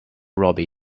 robbie